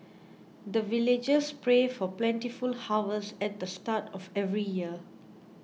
the villagers pray for plentiful harvest at the start of every year